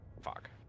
Fuck